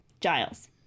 Giles